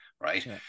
right